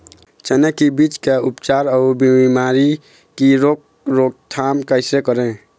चने की बीज का उपचार अउ बीमारी की रोके रोकथाम कैसे करें?